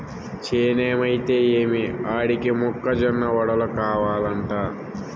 చేనేమైతే ఏమి ఆడికి మొక్క జొన్న వడలు కావలంట